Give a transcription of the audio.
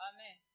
Amen